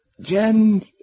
Jen